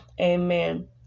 amen